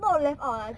not left out lah